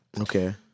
Okay